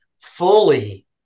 fully